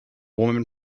woman